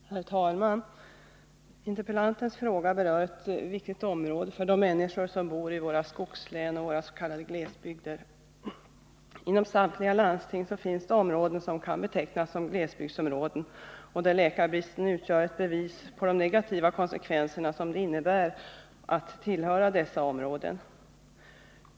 Herr talman! Interpellantens fråga berörde ett viktigt område för de människor som bor i våra skogslän och i våra s.k. glesbygder. Inom samtliga landsting finns områden som kan betecknas som glesbygdsområden, och där utgör läkarbristen ett bevis på de negativa konsekvenser som det innebär att tillhöra dessa områden.